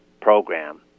program